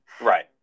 Right